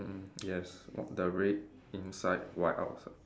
yes the red inside white outside